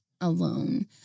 alone